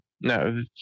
no